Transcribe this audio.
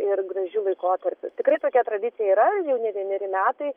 ir gražiu laikotarpiu tikrai tokia tradicija yra jau ne vieneri metai